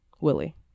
Willie